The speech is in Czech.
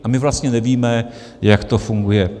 A my vlastně nevíme, jak to funguje.